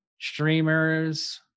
streamers